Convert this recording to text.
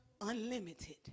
unlimited